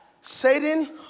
Satan